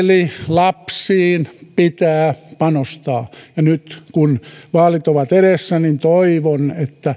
lapsiin pitää panostaa ja nyt kun vaalit ovat edessä niin toivon